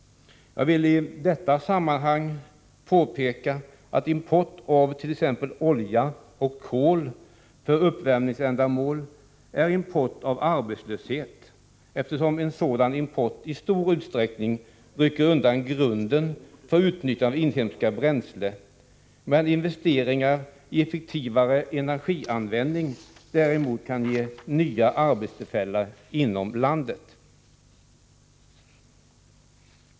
Jag vill i detta sammanhang påpeka att import av t.ex. olja och kol för uppvärmningsändamål innebär import av arbetslöshet, eftersom en sådan import i stor utsträckning rycker undan grunden för utnyttjande av inhemska bränslen, medan investeringar i effektivare energianvändning däremot kan ge nya arbetstillfällen inom landet.